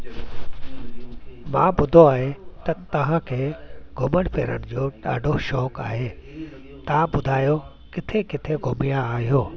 मां ॿुधो आहे त तव्हांखे घुमणु फिरण जो ॾाढो शौक़ु आहे तव्हां ॿुधायो किथे किथे घुमिया आहियो